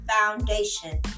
foundation